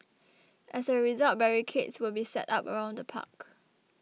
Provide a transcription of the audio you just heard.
as a result barricades will be set up around the park